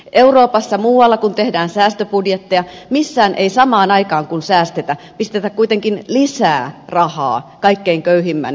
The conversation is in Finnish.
euroopassa muualla kun tehdään säästöbudjetteja missään ei samaan aikaan kun säästetään pistetä kuitenkaan lisää rahaa kaikkein köyhimmän ihmisen hyväksi